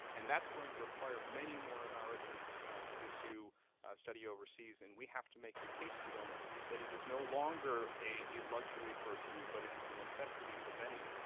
and that's going to require many more americans to pursue study overseas, and we have to make the case to them that it is no longer a luxury for a few, but it is a necessity for many.